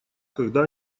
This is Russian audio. когда